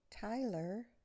Tyler